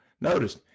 Notice